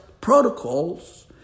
protocols